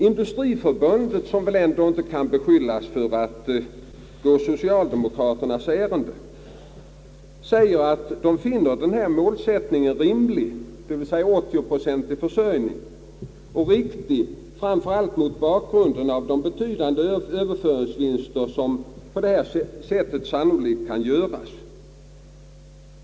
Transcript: Industriförbundet, som väl inte kan beskyllas för att gå socialdemokraternas ärenden, finner målsättningen med §0-procentig försörjning rimlig och riktig, framför allt mot bakgrunden av de betydande överföringsvinster som på det sättet sannolikt kan göras.